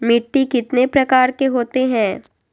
मिट्टी कितने प्रकार के होते हैं?